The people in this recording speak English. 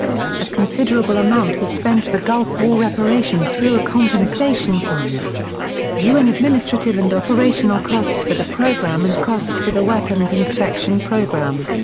a considerable amount was spent for gulf war reparations through a compensation fund un administrative and operational costs for the programme and costs for the weapons inspection programme.